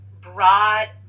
broad